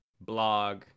blog